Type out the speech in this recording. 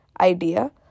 idea